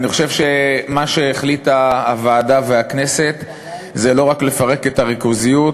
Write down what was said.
אני חושב שמה שהחליטה הוועדה והחליטה הכנסת זה לא רק לפרק את הריכוזיות